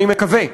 אני מקווה,